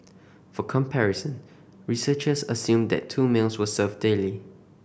for comparison researchers assumed that two meals were served daily